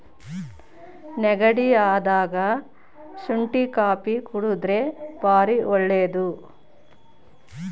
ನೆಗಡಿ ಅದಾಗ ಶುಂಟಿ ಕಾಪಿ ಕುಡರ್ದೆ ಬಾರಿ ಒಳ್ಳೆದು